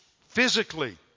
Physically